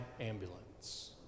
ambulance